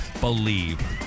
believe